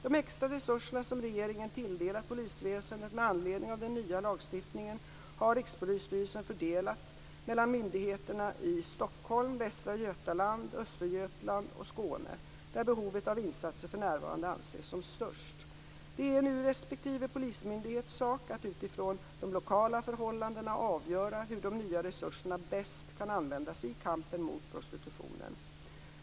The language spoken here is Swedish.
De extra resurser som regeringen tilldelat polisväsendet med anledning av den nya lagstiftningen har Stockholm, Västra Götaland, Östergötland och Skåne, där behovet av insatser för närvarande anses som störst. Det är nu respektive polismyndighets sak att utifrån de lokala förhållandena avgöra hur de nya resurserna bäst kan användas i kampen mot prostitutionen.